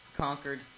conquered